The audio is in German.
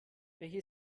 welche